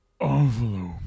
envelope